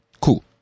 cool